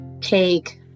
take